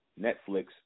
Netflix